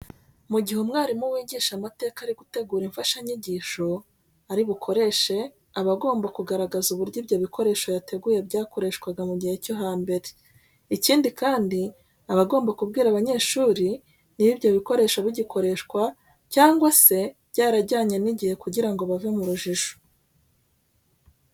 Mu gihe umwarimu wigisha amateka ari gutegura imfashanyigisho ari bukoreshe aba agomba kugaragaza uburyo ibyo bikoresho yateguye byakoreshwaga mu gihe cyo hambere. Ikindi kandi, aba agomba kubwira abanyeshuri niba ibyo bikoresho bigikoreshwa cyangwa se byarajyanye n'igihe kugira ngo bave mu rujijo.